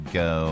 go